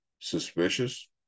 suspicious